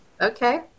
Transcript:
Okay